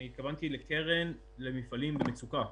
אני התכוונתי לקרן למפעלים במצוקה.